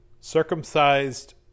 circumcised